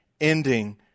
ending